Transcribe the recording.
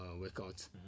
workout